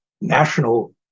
national